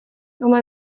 uma